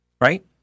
right